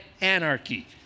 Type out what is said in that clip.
anarchy